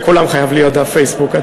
לכולם חייב להיות פייסבוק.